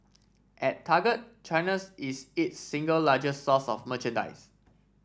at Target China's is its single largest source of merchandise